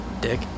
dick